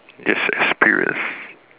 yes experience